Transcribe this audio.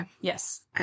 Yes